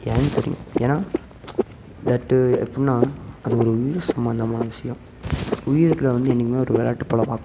ஏன்னு தெரியும் ஏன்னா தட்டு எப்புடின்னா அது ஒரு உயிர் சம்மந்தமான விஷியம் உயிரிட்ட வந்து என்றைக்குமே ஒரு விளையாட்டு போல் பார்க்கக்கூடாது